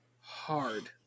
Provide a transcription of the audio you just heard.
hard